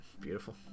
Beautiful